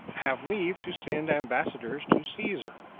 have leave to send ambassadors to caesar,